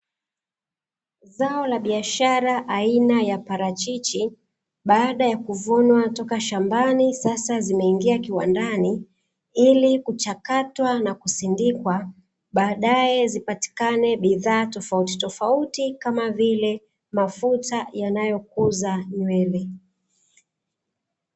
Zao la biashara aina ya parachichi baada ya kuvunwa toka shambani sasa zimeingia kiwandani ili kuchakatwa na kusindikwa, badaaye zipatikane bidhaa tofautitofauti kama vile mafuta yanayokuza nywele.